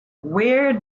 where